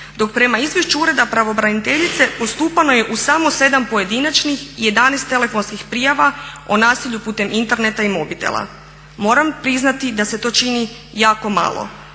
Dok prema izvješću ureda pravobraniteljice postupano je u samo 7 pojedinačnih i 11 telefonskih prijava o nasilju putem interneta i mobitela. Moram priznati da se to čini jako malo